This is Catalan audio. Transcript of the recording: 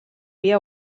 via